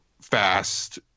fast